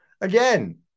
again